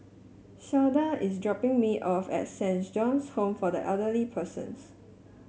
Shawnda is dropping me off at Saint John's Home for Elderly Persons